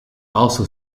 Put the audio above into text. also